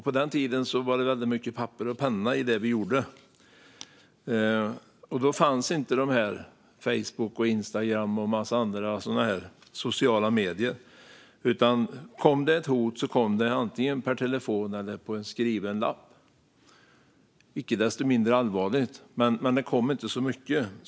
På den tiden gällde papper och penna. Då fanns inte Facebook, Instagram och en massa andra sociala medier. Ett hot kom antingen på telefon eller på en skriven lapp. Det var inte mindre allvarligt, men det kom inte så mycket.